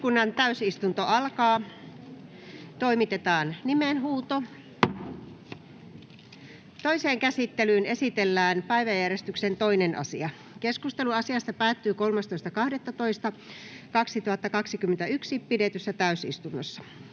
c §:n muuttamisesta Time: N/A Content: Toiseen käsittelyyn esitellään päiväjärjestyksen 2. asia. Keskustelu asiasta päättyi 13.12.2021 pidetyssä täysistunnossa.